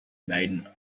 maiden